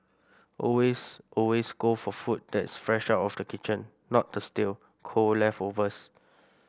always always go for food that's fresh out of the kitchen not the stale cold leftovers